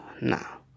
Now